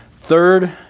Third